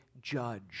judge